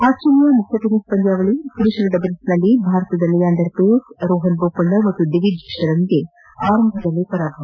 Australia ಮುಕ್ತ tennis ಪಂದ್ಲಾವಳಿ ಪುರುಷರ ಡಬಲ್ಸ್ನಲ್ಲಿ ಭಾರತದ ಲಿಯಾಂಡರ್ ಪೇಸ್ ರೋಹನ್ ಬೋಪಣ್ಣ ಹಾಗೂ ದಿವಿಜ್ ಶರಣ್ಗೆ ಆರಂಭದಲ್ಲೇ ಪರಾಭವ